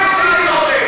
מי הוציא דין רודף?